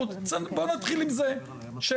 בואו נתחיל עם זה שיפתרו.